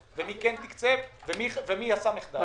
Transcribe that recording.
מי כן תקצב ומי לא תקצב ומי עשה מחדל.